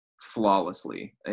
flawlessly